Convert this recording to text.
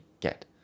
get